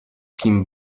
kim